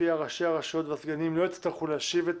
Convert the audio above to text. לפיה ראשי הרשויות והסגנים לא יצטרכו להשיב את